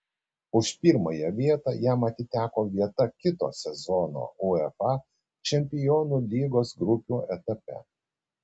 už pirmąją vietą jam atiteko vieta kito sezono uefa čempionų lygos grupių etape